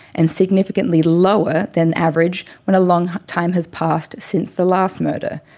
and significantly lower than average when a long time has passed since the last murder.